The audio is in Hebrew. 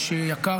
איש יקר,